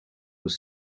were